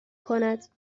کند